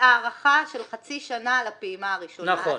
בהארכה של חצי שנה לפעימה הראשונה.